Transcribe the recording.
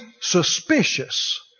suspicious